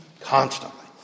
Constantly